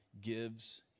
gives